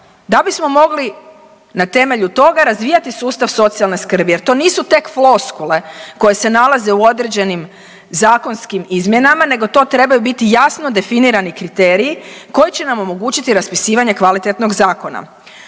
da bismo mogli na temelju toga razvijati sustav socijalne skrbi jer to nisu tek floskule koje se nalaze u određenim zakonskim izmjenama nego to trebaju biti jasno definirani kriteriji koji će nam omogućiti raspisivanje kvalitetnog zakona.